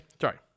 sorry